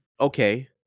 okay